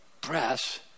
press